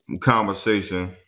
conversation